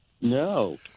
No